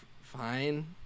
fine